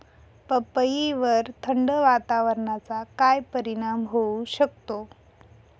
पपईवर थंड वातावरणाचा काय परिणाम होऊ शकतो?